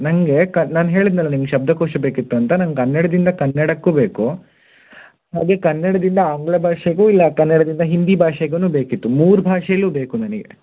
ನನಗೆ ಕ ನಾನು ಹೇಳಿದ್ನಲ್ಲ ನಿಮ್ಗ ಶಬ್ಧಕೋಶ ಬೇಕಿತ್ತು ಅಂತ ನಂಗೆ ಕನ್ನಡದಿಂದ ಕನ್ನಡಕ್ಕು ಬೇಕು ಹಾಗೆ ಕನ್ನಡದಿಂದ ಆಂಗ್ಲ ಭಾಷೆಗು ಇಲ್ಲ ಕನ್ನಡದಿಂದ ಹಿಂದಿ ಭಾಷೆಗುನು ಬೇಕಿತ್ತು ಮೂರು ಭಾಷೆಲು ಬೇಕು ನನಗೆ